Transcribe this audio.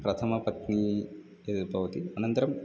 प्रथमपत्नी एतद्भवति अनन्तरम्